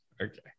Okay